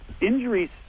injuries